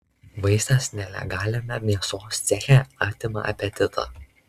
vaizdas nelegaliame mėsos ceche atima apetitą